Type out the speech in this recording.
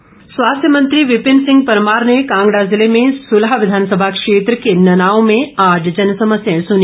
परमार स्वास्थ्य मंत्री विपिन सिंह परमार ने कांगड़ा जिले में सुलह विधानसभा क्षेत्र के ननाओं में आज जनसमस्याएं सुनी